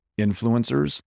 influencers